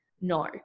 no